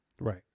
right